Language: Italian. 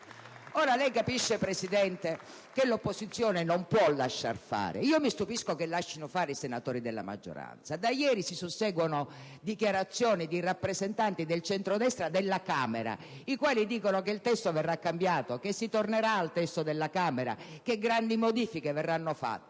lei capisce che l'opposizione non può lasciar fare. Io mi stupisco che lascino fare i senatori della maggioranza. Da ieri si susseguono dichiarazioni di rappresentanti del centrodestra della Camera, i quali dicono che il testo verrà cambiato, che si tornerà al testo della Camera, che grandi modifiche verranno fatte.